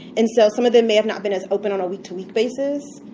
and so some of them may have not been as open on a week-to-week basis,